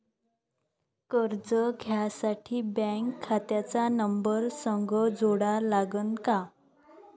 कर्ज घ्यासाठी बँक खात्याचा नंबर संग जोडा लागन का?